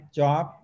job